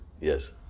Yes